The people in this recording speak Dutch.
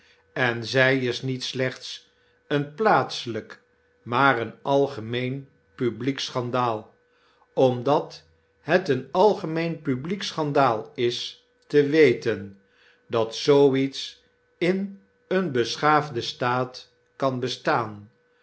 en zy is niet slechts een plaatselyk maar een algemeen publiek schandaal omdat het een algemeen publiek schandaal is te weten dat zoo iets in een beschaafden staat kan bestaan